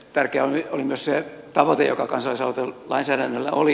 tärkeä oli myös se tavoite joka kansalaisaloitelainsäädännöllä oli